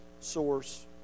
source